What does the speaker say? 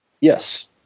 Yes